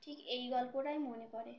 ঠিক এই গল্পটাই মনে পড়ে